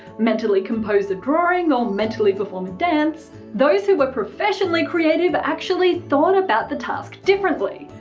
mentally compose a drawing, or mentally perform a dance, those who were professionally creative but actually thought about the task differently,